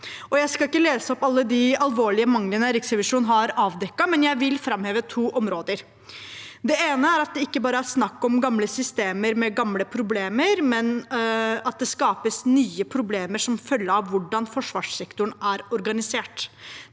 Jeg skal ikke lese opp alle de alvorlige manglene Riksrevisjonen har avdekket, men jeg vil framheve to områder. Det ene er at det ikke bare er snakk om gamle systemer med gamle problemer, men at det skapes nye problemer som følge av hvordan forsvarssektoren er organisert.